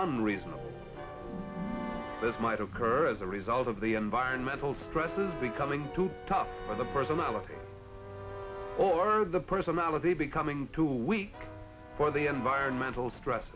unreasonable that might occur as a result of the environmental stresses becoming too tough for the personality or the personality becoming too weak for the environmental stress